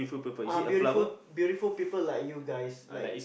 uh beautiful beautiful people like you guys like